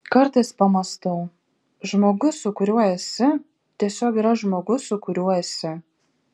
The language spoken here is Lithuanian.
kartais pamąstau žmogus su kuriuo esi tiesiog yra žmogus su kuriuo esi